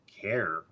care